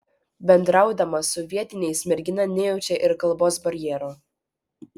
bendraudama su vietiniais mergina nejaučia ir kalbos barjero